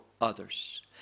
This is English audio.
others